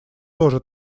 тоже